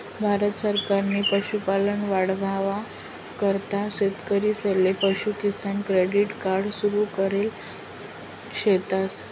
भारत सरकारनी पशुपालन वाढावाना करता शेतकरीसले पशु किसान क्रेडिट कार्ड सुरु करेल शेतस